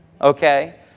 Okay